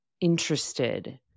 interested